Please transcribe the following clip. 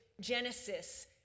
Genesis